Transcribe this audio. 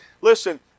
Listen